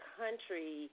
country